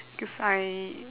cause I